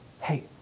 Hey